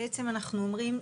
בעצם אנחנו אומרים,